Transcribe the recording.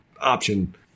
option